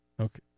Okay